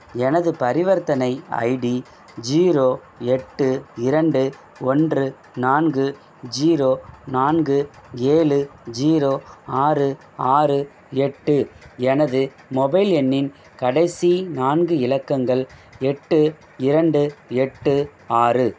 எனது பரிவர்த்தனை ID zero எட்டு இரண்டு ஒன்று நான்கு ஜீரோ நான்கு ஏழு ஜீரோ ஆறு ஆறு எட்டு எனது மொபைல் எண்ணின் கடைசி நான்கு இலக்கங்கள் எட்டு இரண்டு எட்டு ஆறு